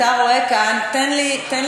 אדוני היושב-ראש, אתה רואה כאן, תן לי לתת,